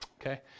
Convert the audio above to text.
Okay